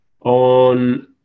on